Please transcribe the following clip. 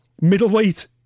middleweight